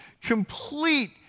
complete